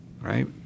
right